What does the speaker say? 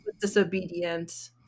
disobedient